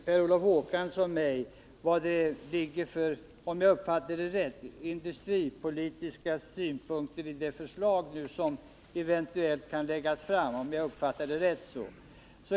Per Olof Håkansson frågade mig — om jag uppfattade honom rätt — vilka industripolitiska synpunkter som ligger i det förslag som eventuellt kommer att framläggas.